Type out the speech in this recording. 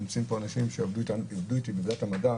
ונמצאים פה אנשים שעבדו איתי בוועדת המדע,